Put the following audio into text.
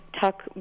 talk